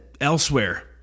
elsewhere